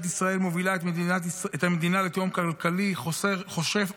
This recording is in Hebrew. ישראל מובילה את המדינה לתהום כלכלית" חושפת